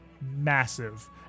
massive